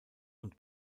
und